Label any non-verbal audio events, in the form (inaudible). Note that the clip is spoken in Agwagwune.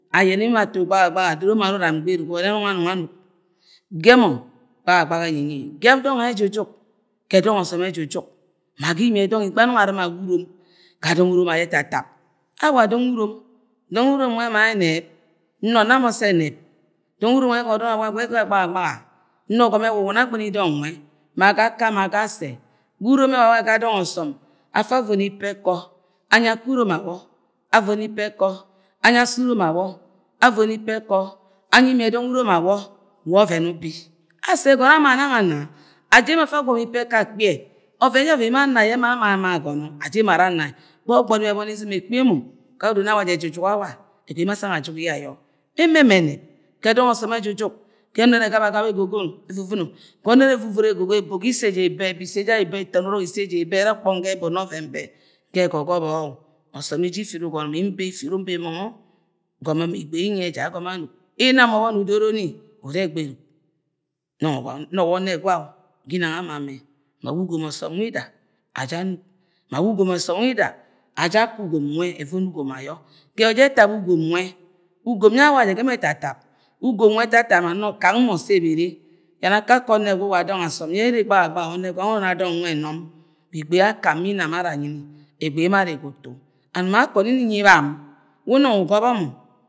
Agẹnẹ emo ato gbahagbaha adoro mọ ur an gberuk go bo ne nungo anung anung gẹ mọ gbahagbaha ẹnyi nny gẹ dọng yẹ ejujuk gẹ dọng ọsọm ejujuk ma ga imie dong ma egbẹ anung arɨm a wa urona ga dọng unom awo ẹtatap awa dong urom, dọnv urom nwẹ ẹma ẹnẹb nọ na mọ sẹ enẹb (unintelligible) nọ gọmọ ẹwuwuni egbɨmi dọng nwẹ, ma ga aka ma ga asẹ gbẹ urom ẹwa wa ga dọng ọsọm afa avono ipa ẹkọ anyi asẹ urom awo avono p ẹkọ anyi imiẹ dọng urom awọ wa ọvẹn ubi asi ẹgọnọ ama nang ana ajẹ emo afa agọmọ ipa ẹkọ ẹkpiẹ ọvẹn ẹjara ọvẹn yẹ emo ana yẹ aja emo ama agọmọ gbọgbori ẹboni izɨm ẹkpi emo ga yẹ odo nọ awa jẹ ẹjujuk a wa, wa emo asang ajuk yẹ ayo emo ẹmẹ ẹnẹb gẹ dọng ọsọm ejujuk gẹ ẹmen nẹ gabagaba evovono (unintelligible) ẹrẹ ukpọng ga eba ngẹ egọgọbọ-o- osom eje ifit ugọnọ mbe ifit-o- mbe mong-o gọmọ ama igbe nwẹ nyẹ jẹ agọmọ anuk ham ubọni udoro ni urẹ gberuk mẹ gwang gwọ nọ wa onnegwa-o- g inang ama amẹ ma wa ugom ọsọm wida aja anuk ma wa ugom ọsọm wida aja akọ ugom nwẹ evono ugom ayọ ge ẹwa ẹjẹ etap ugom nwẹ ugom yɛ awa jẹ gẹ mọ ẹtatap ugom nwẹ ẹtatama nọ kak mo sẹ ebere yẹnẹ akakẹ onne gwa uwa dong asom yẹ ere gbahagbaha wa onne gwa nwẹ uru una dọng nwẹ ẹnọm wan igbe yẹ akan ma ina ara anyi ẹgbẹ ye emo are ga utu and akung mi-nyi ban we enung ugọbọ mo